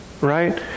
right